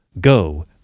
Go